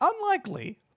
unlikely